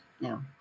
no